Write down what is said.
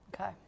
Okay